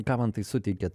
ką man tai suteikė